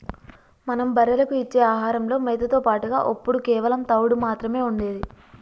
మనం బర్రెలకు ఇచ్చే ఆహారంలో మేతతో పాటుగా ఒప్పుడు కేవలం తవుడు మాత్రమే ఉండేది